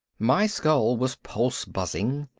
my skull was pulse-buzzing.